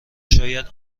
شاهد